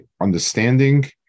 understanding